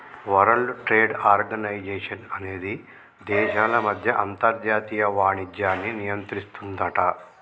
world trade organisation అనేది దేశాల మధ్య అంతర్జాతీయ వాణిజ్యాన్ని నియంత్రిస్తుందట